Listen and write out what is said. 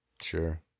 Sure